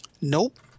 Nope